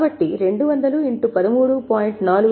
కాబట్టి 200 x 13